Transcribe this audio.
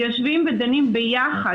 ויושבים ודנים ביחד,